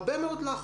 הרבה מאוד לחץ.